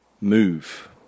move